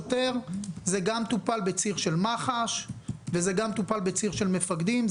וזה גם טופל בציר של מח"ש וזה גם טופל בציר של מפקדים.